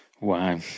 Wow